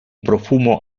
profumo